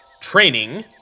training